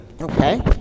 Okay